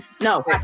No